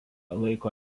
laiko